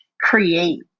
create